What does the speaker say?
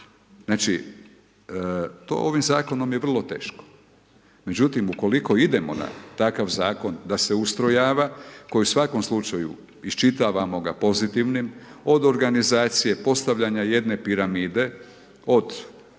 Znači to ovim zakonom je vrlo teško. Međutim, ukoliko idemo na takav zakon da se ustrojava koji u svakom slučaju isčitavamo ga pozitivnim od organizacije, postavljanja jedne piramide od slikovito